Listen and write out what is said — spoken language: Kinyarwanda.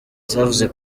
zavuze